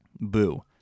Boo